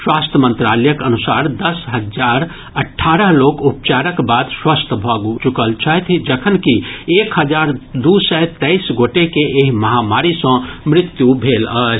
स्वास्थ्य मंत्रालयक अनुसार दस हजार अठारह लोक उपचारक बाद स्वस्थ भऽ चुकल छथि जखनकि एक हजार दू सय तेईस गोटे के एहि महामारी सँ मृत्यु भेल अछि